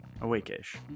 Awake-ish